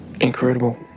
incredible